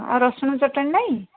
ଆଉ ରସୁଣ ଚଟଣି ନାହିଁ